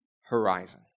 horizon